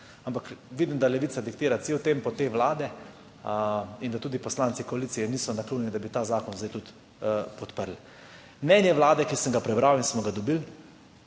Ampak vidim, da levica diktira cel tempo te vlade in da tudi poslanci koalicije niso naklonjeni, da bi ta zakon zdaj tudi podprli. Mnenje Vlade, ki sem ga prebral in smo ga dobili,